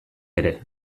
ere